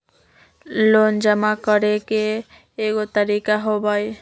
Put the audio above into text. Loan जमा करेंगे एगो तारीक होबहई?